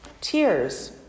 Tears